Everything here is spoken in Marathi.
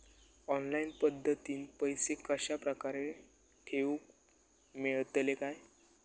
ऑनलाइन पद्धतीन पैसे कश्या प्रकारे ठेऊक मेळतले काय?